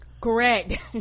correct